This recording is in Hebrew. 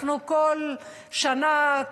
בכל שנה,